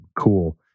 Cool